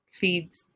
feeds